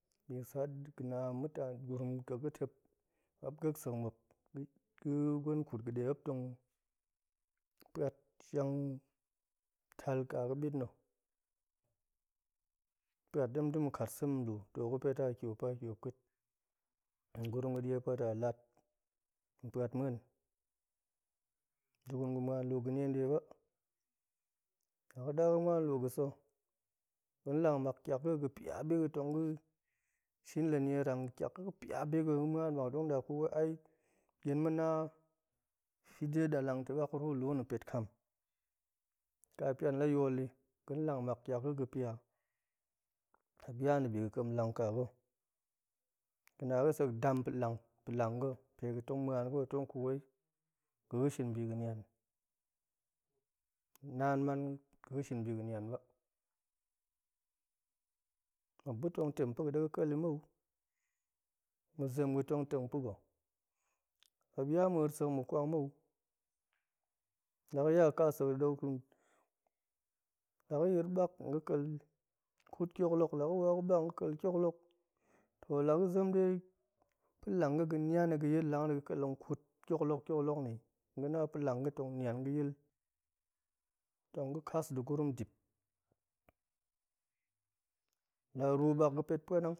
Bisata̱ ga̱na muta-gurumƙekga̱tep muop geksekmuop ga̱ ga̱gwen kut ga̱nemuop shang tal ƙaga̱ɓit nna̱, pa̱at ɗem da̱ ma̱kat sem nluu, toe ga̱pet a, kiop a, kiop kiit, ma̱gurum ga̱ ɗie pa̱at a, lat ma̱ pa̱at ma̱en nda̱gurum ga̱ ma̱an luu ga̱nie nɗe ba, la ɗa ga̱ ma̱an luu ga̱sa̱ ga̱n lang mak ƙiak ga̱ a ga̱ piga̱ tong ga̱ shin la nierang, ƙiak ga̱ a ga̱ pia biga̱, ga̱ ma̱an mak muop tong na kut wai ai gyen ma̱ na fide ɗalang ta̱ mak ruu nluu nna̱ pet kam. ƙapian la yool ɗi ga̱n lang mak ƙiak ga̱ a ga̱ pia muop ya ndibi ga̱ƙem lang ƙaga̱, ga̱na ga̱sek dam pa̱lang-pa̱lang ga̱ pe ga̱tong ma̱an ga̱ muop tong kut wei ga̱ ga̱shin bi ga̱nian, naan man ga̱ ga̱shin bi ga̱nian ba, muop ba̱ tong tem pa̱ga̱ ɗe ga̱kel i mou, ma̱zem ga̱ tong tem pa̱ga̱. muop yaa ma̱a̱r sek ma̱kwang mou, laga̱ ya ga̱ƙasak ɗe ga̱ kut i, laga̱ yir mak tong ga̱ ƙel kuut ƙioklok, la ga̱ wa ga̱ mak tong ga̱ kel ƙioklok, toh la ga̱ zem ɗe pa̱ lang ga̱ ga̱ nian i ga̱ yil lang na̱ ga̱ ƙeleng kuut ƙioklok ƙioklok nna̱ i tong ga̱ na pa̱lang ga̱ tong nian ga̱ yil, tong ga̱ ḵas nda̱ gurum dip laruu ɓak ga̱ pet pa̱anang